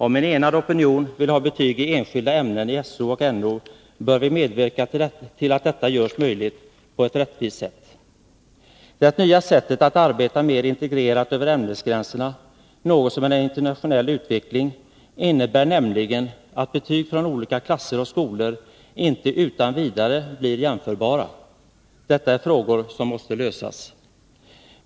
Om en enad opinion vill ha betygi enskilda ämnen i So och No, bör vi medverka till att detta görs möjligt på ett rättvist sätt. Det nya sättet att arbeta mer integrerat över ämnesgränserna — något som är en internationell utveckling — innebär nämligen att betyg från olika klasser och skolor inte utan vidare blir jämförbara. Detta är frågor som måste lösas.